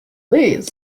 this